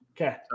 Okay